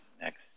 next